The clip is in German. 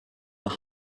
nach